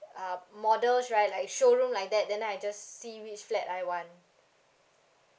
uh models right like showroom like that then I just see which flat I want